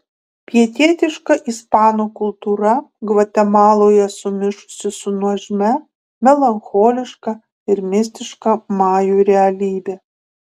pietietiška ispanų kultūra gvatemaloje sumišusi su nuožmia melancholiška ir mistiška majų realybe